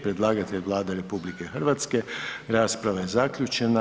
Predlagatelj je Vlada RH, rasprava je zaključena.